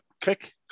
click